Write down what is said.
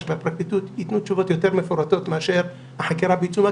והפרקליטות ייתנו תשובות יותר מפורטות מאשר "החקירה בעיצומה",